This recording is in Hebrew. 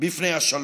בפני השלום.